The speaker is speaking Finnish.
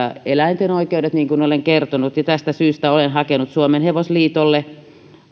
eläinten oikeudet niin kuin olen kertonut tästä syystä olen hakenut suomenhevosliitolle